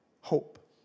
Hope